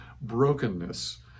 brokenness